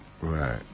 Right